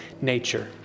nature